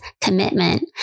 commitment